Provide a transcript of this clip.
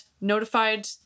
notified